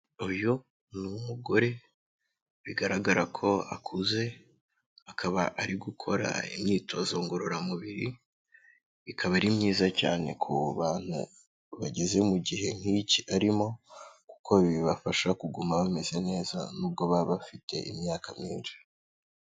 Uyu ni umugore bigaragara ko akuze akaba ari gukora imyitozo ngororamubiri, ikaba ari myiza cyane ku bantu bageze mu gihe nk'iki arimo, kuko bibafasha kuguma bameze neza nubwo baba bafite imyaka myinshi.